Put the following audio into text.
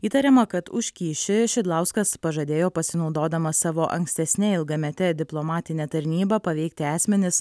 įtariama kad už kyšį šidlauskas pažadėjo pasinaudodamas savo ankstesne ilgamete diplomatine tarnyba paveikti asmenis